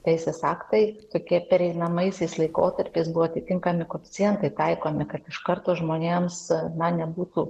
teisės aktai tokie pereinamaisiais laikotarpiais buvo atitinkami koeficientai taikomi kad iš karto žmonėms na nebūtų